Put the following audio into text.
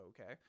Okay